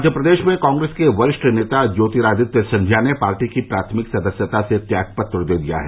मध्य प्रदेश में कांग्रेस के वरिष्ठ नेता ज्योतिरादित्य सिंधिया ने पार्टी की प्राथमिक सदस्यता से त्याग पत्र दे दिया है